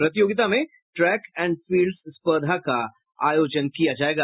प्रतियोगिता में track and fields स्पर्धा का आयोजन किया जायेगा